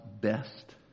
best